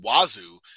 wazoo